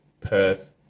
Perth